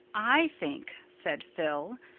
i think, said phil,